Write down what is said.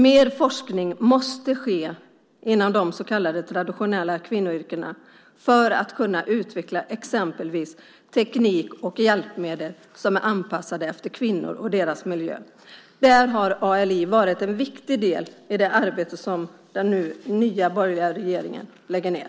Mer forskning måste ske inom de så kallade traditionella kvinnoyrkena för att man ska kunna utveckla exempelvis teknik och hjälpmedel som är anpassade efter kvinnor och deras miljö. ALI har varit en viktig del i det arbete som den nya, borgerliga regeringen nu lägger ned.